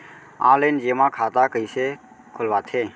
Online जेमा खाता कइसे खोलवाथे?